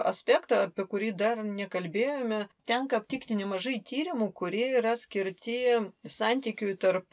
aspektą apie kurį dar nekalbėjome tenka aptikti nemažai tyrimų kurie yra skirti santykiui tarp